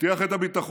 נבטיח את הביטחון,